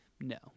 no